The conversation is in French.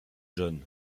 john